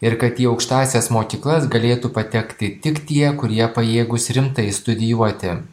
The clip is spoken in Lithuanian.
ir kad į aukštąsias mokyklas galėtų patekti tik tie kurie pajėgūs rimtai studijuoti